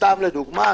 לדוגמה,